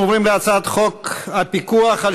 אנחנו עוברים להצעת חוק הפיקוח על